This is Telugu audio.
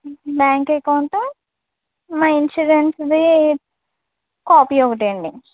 బ్యాంక్ అకౌంటు మా ఇన్సూరెన్స్ది కాపీ ఒకటి అండి